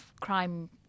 crime